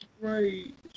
right